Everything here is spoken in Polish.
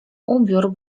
ubiór